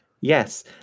Yes